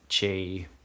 chi